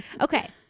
okay